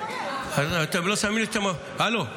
הלו,